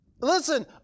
Listen